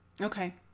Okay